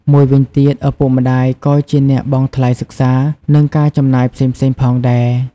មួយវិញទៀត ឪពុកម្ដាយក៏ជាអ្នកបង់ថ្លៃសិក្សា និងការចំណាយផ្សេងៗផងដែរ។